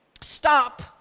stop